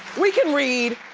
we can read,